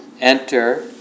enter